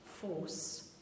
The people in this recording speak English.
force